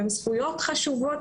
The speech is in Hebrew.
והן זכויות חשובות,